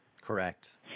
Correct